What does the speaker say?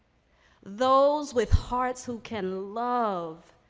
those with hearts who can love.